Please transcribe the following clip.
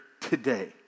today